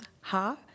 Ha